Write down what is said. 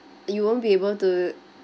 you won't be able to